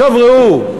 עכשיו ראו,